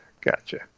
Gotcha